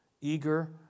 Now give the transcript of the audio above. Eager